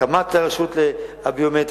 הקמת הרשות הביומטרית.